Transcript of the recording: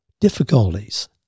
difficulties